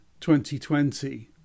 2020